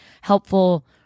helpful